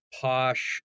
posh